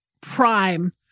prime